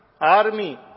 army